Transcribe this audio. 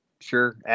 Sure